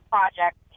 Project